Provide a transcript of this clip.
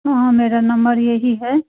हाँ मेरा नंबर यही है